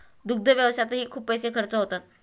दुग्ध व्यवसायातही खूप पैसे खर्च होतात